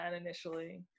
initially